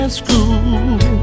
school